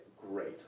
great